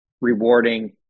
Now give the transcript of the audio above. rewarding